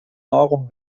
nahrung